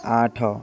ଆଠ